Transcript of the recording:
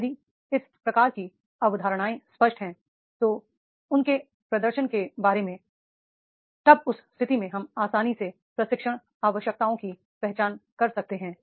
यदि इस प्रकार की अवधारणाएं स्पष्ट हैं तो उनके प्रदर्शन के बारे में तब उस स्थिति में हम आसानी से प्रशिक्षण आवश्यकताओं की पहचान कर सकते हैं